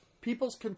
People's